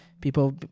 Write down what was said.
people